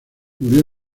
murió